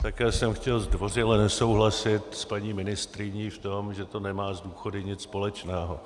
Také jsem chtěl zdvořile nesouhlasit s paní ministryní v tom, že to nemá s důchody nic společného.